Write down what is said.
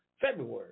February